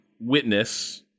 witness